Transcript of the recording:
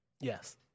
yes